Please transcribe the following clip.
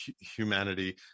Humanity